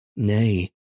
Nay